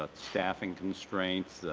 but staffing constraints,